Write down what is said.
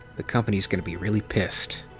the company's gonna be really pissed.